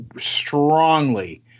strongly